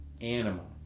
animal